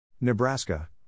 Nebraska